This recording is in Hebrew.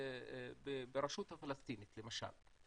ברשות הפלסטינית למשל,